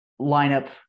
lineup